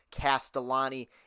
Castellani